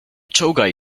czołgaj